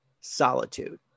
solitude